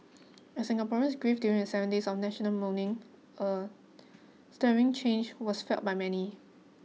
as Singaporeans grieved during the seven days of national mourning a stirring change was felt by many